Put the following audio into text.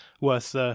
worth